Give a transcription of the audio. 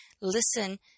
listen